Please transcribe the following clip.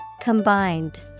Combined